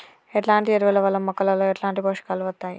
ఎట్లాంటి ఎరువుల వల్ల మొక్కలలో ఎట్లాంటి పోషకాలు వత్తయ్?